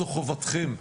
זו חובתכם.